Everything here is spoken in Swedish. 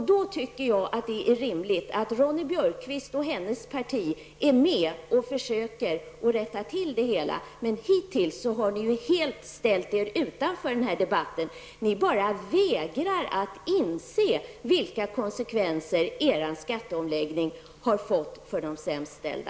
Jag tycker att det är rimligt att Ingrid Ronne-Björkqvist och hennes parti är med och försöker rätta till detta. Men hittills har ni helt ställt er utanför debatten. Ni bara vägrar att inse vilka konsekvenser er skatteomläggning har fått för de sämst ställda.